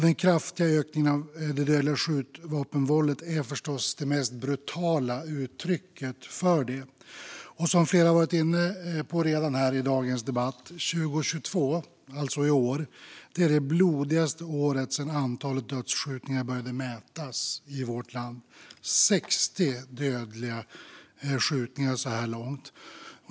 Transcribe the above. Den kraftiga ökningen av det dödliga skjutvapenvåldet är förstås det mest brutala uttrycket för detta. Som flera redan har varit inne på i dagens debatt är 2022, alltså detta år, det blodigaste året sedan antalet dödsskjutningar började mätas i vårt land - 60 dödliga skjutningar så här långt.